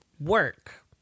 work